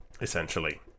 essentially